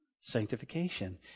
sanctification